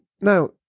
now